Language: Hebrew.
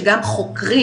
שגם חוקרים